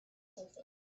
surface